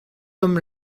homme